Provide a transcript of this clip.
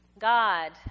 God